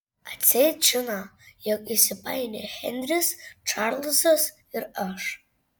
atseit žiną jog įsipainioję henris čarlzas ir aš